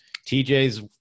tj's